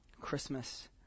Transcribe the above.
Christmas